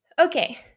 Okay